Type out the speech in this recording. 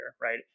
right